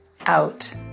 out